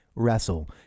wrestle